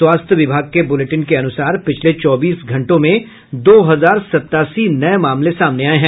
स्वास्थ्य विभाग के बुलेटिन के अनुसार पिछले चौबीस घंटों में दो हजार सत्तासी नये मामले सामने आये हैं